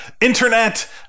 Internet